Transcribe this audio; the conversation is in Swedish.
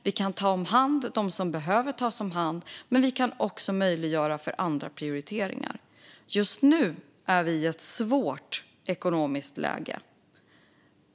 Vi kan ta hand om dem som behöver tas om hand. Men vi kan också möjliggöra för andra prioriteringar. Just nu är vi i ett svårt ekonomiskt läge.